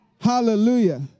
Hallelujah